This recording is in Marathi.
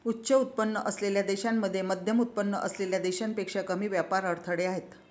उच्च उत्पन्न असलेल्या देशांमध्ये मध्यमउत्पन्न असलेल्या देशांपेक्षा कमी व्यापार अडथळे आहेत